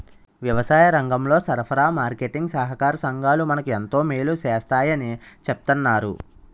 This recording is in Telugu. వ్యవసాయరంగంలో సరఫరా, మార్కెటీంగ్ సహాకార సంఘాలు మనకు ఎంతో మేలు సేస్తాయని చెప్తన్నారు